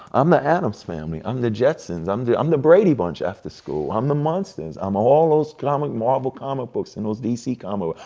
i'm the addams family, i'm the jetsons, i'm the i'm the brady brunch after school, i'm the munsters, i'm all those comic, marvel comic books, and those dc comic